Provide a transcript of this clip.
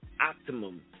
optimum